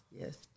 yes